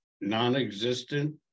non-existent